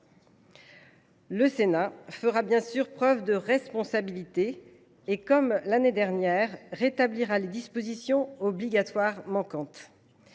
Le Sénat fera, bien évidemment, preuve de responsabilité, et, comme l’année dernière, il rétablira les dispositions obligatoires manquantes.